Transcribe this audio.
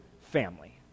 family